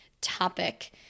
topic